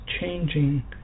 changing